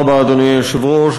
אדוני היושב-ראש,